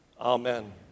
amen